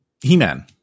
He-Man